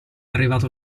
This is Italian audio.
arrivato